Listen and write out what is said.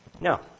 No